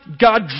God